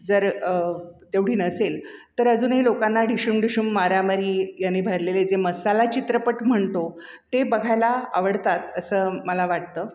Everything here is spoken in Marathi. जर तेवढी नसेल तर अजूनही लोकांना ढिशुम ढिशुम मारामारी यांनी भरलेले जे मसाला चित्रपट म्हणतो ते बघायला आवडतात असं मला वाटतं